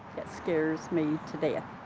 it scares me to death.